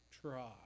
try